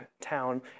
town